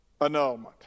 annulment